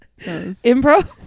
Improv